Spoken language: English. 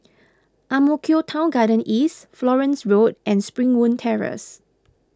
Ang Mo Kio Town Garden East Florence Road and Springwood Terrace